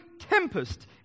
tempest